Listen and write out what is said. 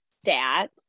stat